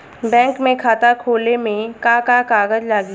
Bank में खाता खोले मे का का कागज लागी?